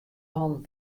hannen